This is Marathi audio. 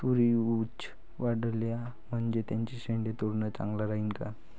तुरी ऊंच वाढल्या म्हनजे त्याचे शेंडे तोडनं चांगलं राहीन का?